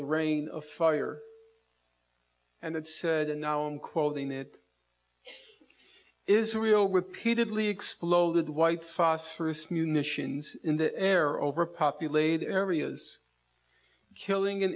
the rain of fire and it said and now i'm quoting it israel repeatedly exploded white phosphorus munitions in the air over populated areas killing